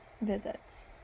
visits